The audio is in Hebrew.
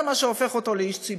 זה מה שהופך אותו לאיש ציבור.